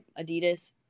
Adidas